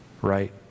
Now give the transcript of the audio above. right